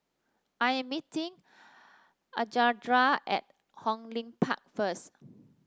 I am meeting Alejandra at Hong Lim Park first